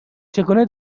چگونه